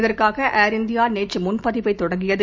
இதற்காகஏர் இந்தியாநேற்றுமுன்பதிவைதொடங்கியது